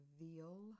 veal